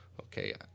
Okay